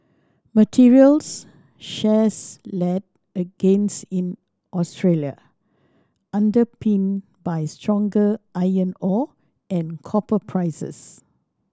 materials shares led a gains in Australia underpinned by stronger iron ore and copper prices